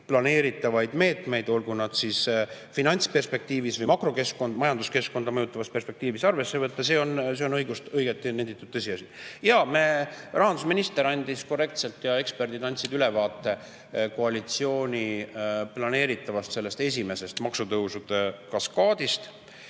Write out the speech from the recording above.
planeeritavaid meetmeid, olgu siis finantsperspektiivis või makrokeskkonda, majanduskeskkonda mõjutavas perspektiivis, arvesse ei võeta. See on õigesti nenditud tõsiasi. Jaa, rahandusminister ja eksperdid andsid ülevaate koalitsiooni planeeritavast esimesest maksutõusude kaskaadist.